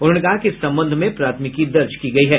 उन्होंने कहा कि इस संबंध में प्राथमिकी दर्ज की गयी है